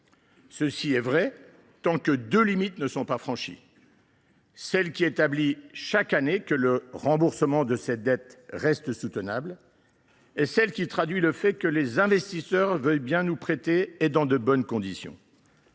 Cela reste vrai tant que deux limites ne sont pas franchies : celle qui établit, chaque année, que le remboursement de cette dette reste soutenable, et celle qui traduit le fait que les investisseurs veulent bien nous prêter, et dans de bonnes conditions.